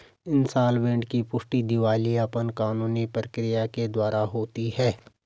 insolvent की पुष्टि दिवालियापन कानूनी प्रक्रिया के द्वारा होती है